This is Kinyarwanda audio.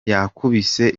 yakubise